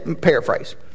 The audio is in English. paraphrase